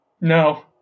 No